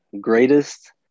greatest